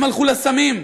הם הלכו לסמים.